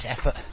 effort